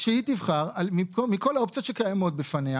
שהיא תבחר מכל האופציות שקיימות בפניה